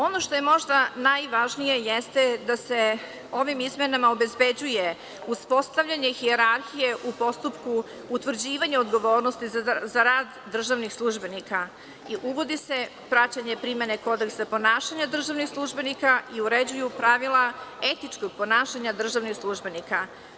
Ono što je možda najvažnije jeste da se ovim izmenama obezbeđuje uspostavljanje hijerarhije u postupku utvrđivanja odgovornosti za rad državnih službenika i uvodi se vraćanje primene kodeksa ponašanja državnih službenika i uređuju pravila etičkog ponašanja državnih službenika.